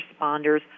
responders